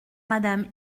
madame